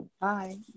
Bye